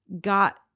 got